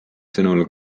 sõnul